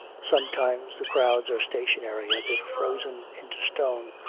sometimes the crowds are stationary, as if frozen into stone,